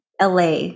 LA